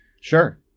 Sure